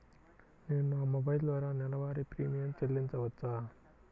నేను నా మొబైల్ ద్వారా నెలవారీ ప్రీమియం చెల్లించవచ్చా?